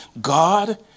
God